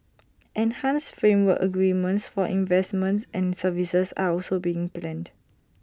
enhanced framework agreements for investments and services are also being planned